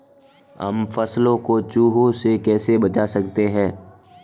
हम फसलों को चूहों से कैसे बचा सकते हैं?